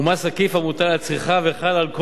הוא מס עקיף המוטל על צריכה וחל על כל